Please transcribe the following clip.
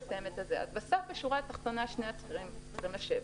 בשורה התחתונה, שני הצדדים צריכים לשבת.